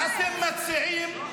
מה אתם מציעים?